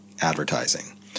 Advertising